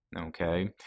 okay